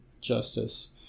justice